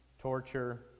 torture